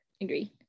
agree